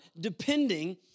depending